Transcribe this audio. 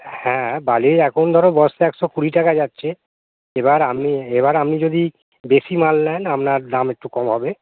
হ্যাঁ বালির এখন ধরো বস্তা একশো কুড়ি টাকা যাচ্ছে এবার আপনি এবার আপনি যদি বেশি মাল নেন আপনার দাম একটু কম হবে